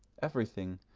everything,